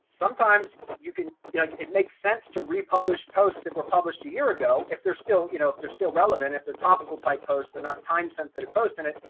sometimes you can, like it makes sense to republish posts that were published a year ago if they're still you know, if they're still relevant. if they're topical type posts, they're not time sensitive and it,